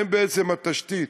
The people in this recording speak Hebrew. הם בעצם התשתית.